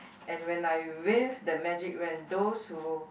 and when I wave the magic wand those who